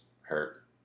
hurt